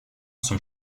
zum